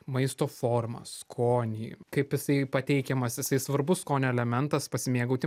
maisto formą skonį kaip jisai pateikiamas jisai svarbus skonio elementas pasimėgauti